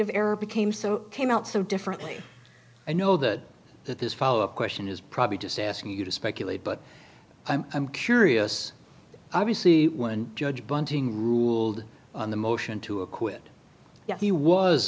error became so came out so differently i know that that this follow up question is probably just asking you to speculate but i'm curious obviously when judge bunting ruled on the motion to acquit yes he was